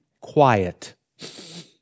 quiet